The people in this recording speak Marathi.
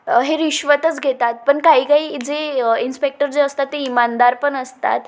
हे रिश्वतच घेतात पण काही काही जे इन्स्पेक्टर जे असतात ते इमानदार पण असतात